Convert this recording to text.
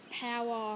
power